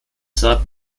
trat